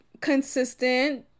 consistent